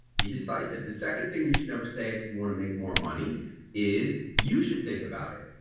be decisive the second thing you should never say if you want to make more money is you should think about it.